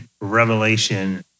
Revelation